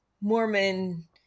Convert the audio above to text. Mormon